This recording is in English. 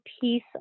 piece